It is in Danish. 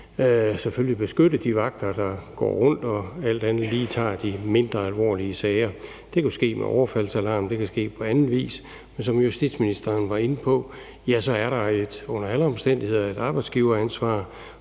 selvfølgelig stadig beskytte de vagter, der går rundt og alt andet lige tager de mindre alvorlige sager. Det kunne ske med overfaldsalarm, det kan ske på anden vis, men som justitsministeren var inde på, er der under alle omstændigheder et arbejdsgiveransvar,